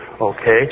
okay